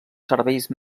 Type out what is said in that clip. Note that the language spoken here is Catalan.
serveis